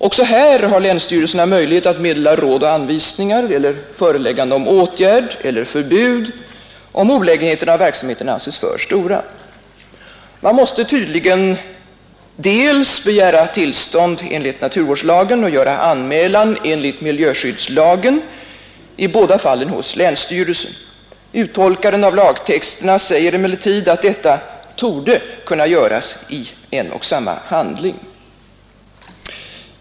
Också här har länsstyrelserna möjlighet att meddela råd och anvisningar, eller föreläggande om åtgärd, eller förbud, om olägenheterna av verksamheten anses för stora. Man måste tydligen dels begära tillstånd enligt naturvårdslagen, dels göra anmälan enligt miljöskyddslagen, i båda fallen hos länsstyrelsen. Uttolkaren av lagtexterna anser emellertid att detta ”torde” kunna göras i en och samma handling.